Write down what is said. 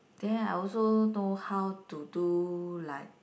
then I also know how to do like